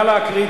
נא להקריא,